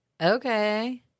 Okay